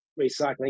recycling